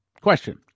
question